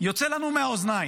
יוצא לנו מהאוזניים